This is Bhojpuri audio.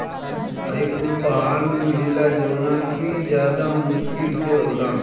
हई फूल पहाड़ में मिलेला जवन कि ज्यदा मुश्किल से होला